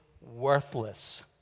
worthless